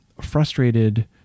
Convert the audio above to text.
frustrated